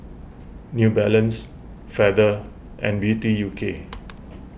New Balance Feather and Beauty U K